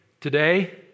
today